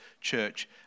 Church